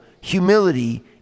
humility